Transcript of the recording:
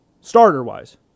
starter-wise